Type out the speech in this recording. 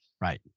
right